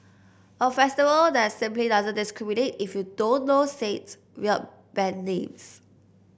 a festival that simply doesn't discriminate if you don't know weird band names